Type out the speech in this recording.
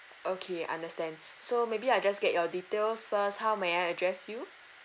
okay understand so maybe I just get your details first how may I address you